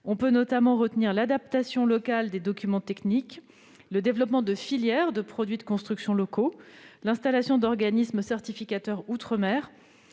prévoit notamment l'adaptation locale des documents techniques, le développement de filières de produits de construction locaux, l'installation d'organismes certificateurs outre-mer